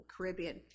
Caribbean